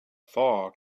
thaw